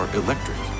electric